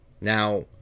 Now